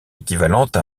équivalente